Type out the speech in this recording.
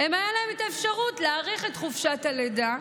הייתה האפשרות להאריך את חופשת הלידה,